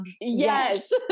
Yes